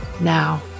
Now